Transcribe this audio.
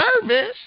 service